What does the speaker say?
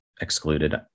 excluded